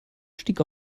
stieg